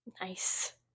Nice